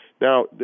Now